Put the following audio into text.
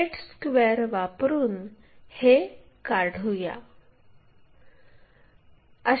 तर set square वापरुन हे काढूया